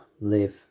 live